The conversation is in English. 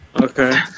Okay